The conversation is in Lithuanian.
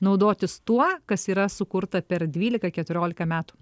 naudotis tuo kas yra sukurta per dvylika keturiolika metų